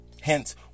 Hence